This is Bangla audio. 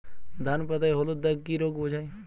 ধান পাতায় হলুদ দাগ কি রোগ বোঝায়?